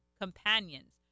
companions